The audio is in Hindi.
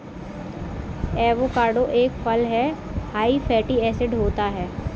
एवोकाडो एक फल हैं हाई फैटी एसिड होता है